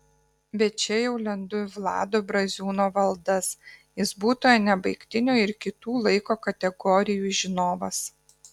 bet čia jau lendu į vlado braziūno valdas jis būtojo nebaigtinio ir kitų laiko kategorijų žinovas